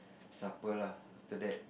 supper lah after that